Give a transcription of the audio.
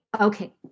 okay